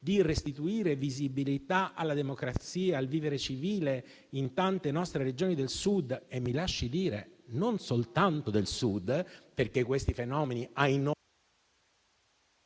di restituire visibilità alla democrazia e al vivere civile in tante nostre Regioni del Sud e - mi lasci dire - non soltanto del Sud, perché questi fenomeni - ahinoi